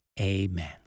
amen